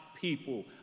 people